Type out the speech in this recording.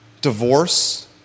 divorce